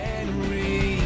Henry